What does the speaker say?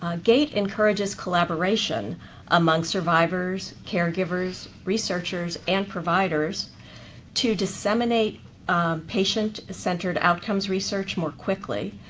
ah gate encourages collaboration among survivors, caregivers, researchers, and providers to disseminate patient-centered outcomes research more quickly.